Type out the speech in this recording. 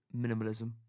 minimalism